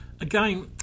Again